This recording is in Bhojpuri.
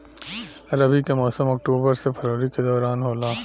रबी के मौसम अक्टूबर से फरवरी के दौरान होला